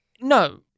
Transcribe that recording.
No